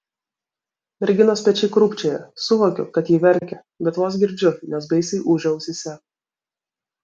merginos pečiai krūpčioja suvokiu kad ji verkia bet vos girdžiu nes baisiai ūžia ausyse